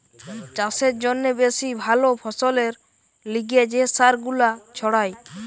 চাষের জন্যে বেশি ভালো ফসলের লিগে যে সার গুলা ছড়ায়